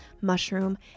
mushroom